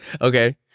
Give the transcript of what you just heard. Okay